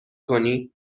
کنی